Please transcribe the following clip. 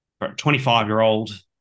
25-year-old